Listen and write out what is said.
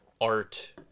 art